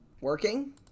working